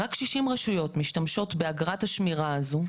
רק 60 רשויות משתמשות באגרת השמירה הזאת,